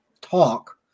talk